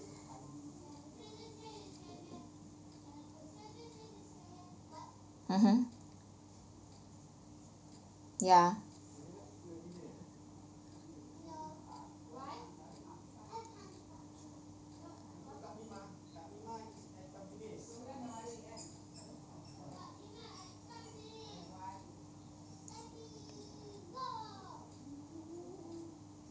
mmhmm ya